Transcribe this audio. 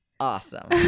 awesome